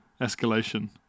escalation